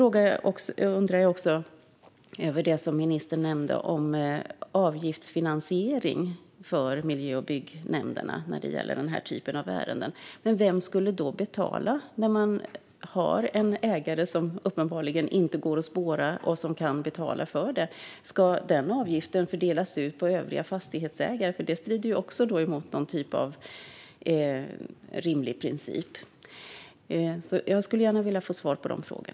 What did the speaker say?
Jag undrar också över det som ministern nämnde om avgiftsfinansiering för miljö och byggnämnderna i den här typen av ärenden. Men vem skulle då betala om en ägare uppenbarligen inte går att spåra och inte kan betala? Ska den avgiften då fördelas ut på övriga fastighetsägare? Det strider ju också mot någon typ av rimlig princip. Jag skulle gärna vilja få svar på dessa frågor.